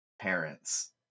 parents